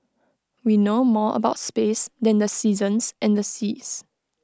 we know more about space than the seasons and the seas